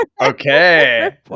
Okay